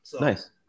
Nice